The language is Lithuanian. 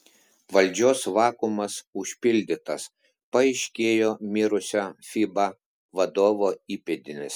valdžios vakuumas užpildytas paaiškėjo mirusio fiba vadovo įpėdinis